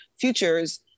futures